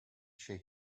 she